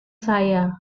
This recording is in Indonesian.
saya